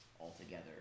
altogether